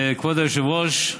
כבוד היושב-ראש,